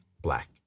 black